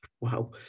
wow